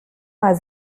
mal